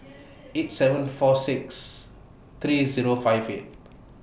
eight seven four six three Zero five eight